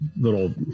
little